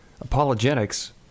Apologetics